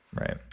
Right